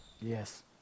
Yes